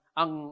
ang